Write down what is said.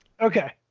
Okay